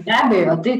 be abejo taip